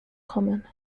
common